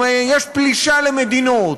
או אם יש פלישה למדינות,